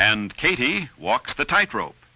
and katie walk the tightrope